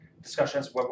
Discussions